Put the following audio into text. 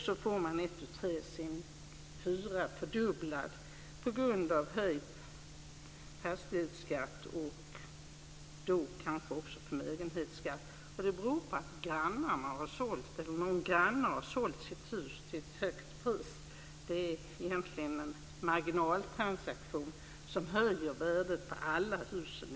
Så får man ett tu tre sin hyra fördubblad på grund av höjd fastighetsskatt och kanske också förmögenhetsskatt. Det beror på att någon granne har sålt sitt hus till ett högt pris. Det är egentligen en marginaltransaktion som höjer värdet på alla hus i området.